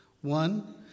One